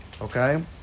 Okay